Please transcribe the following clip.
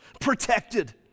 protected